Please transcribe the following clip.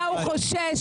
זה הפסים?